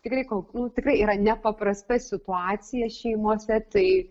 tikrai kol nu tikrai yra nepaprasta situacija šeimose tai